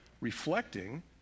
reflecting